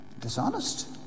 dishonest